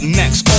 next